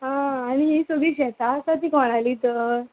आं आनी ही सगळीं शेतां आसा ती कोणाली तर